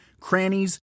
crannies